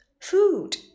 food